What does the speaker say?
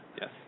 Yes